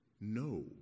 No